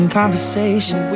conversation